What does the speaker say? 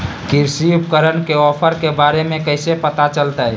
कृषि उपकरण के ऑफर के बारे में कैसे पता चलतय?